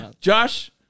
Josh